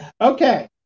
Okay